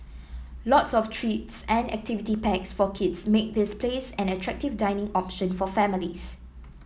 lots of treats and activity packs for kids make this place an attractive dining option for families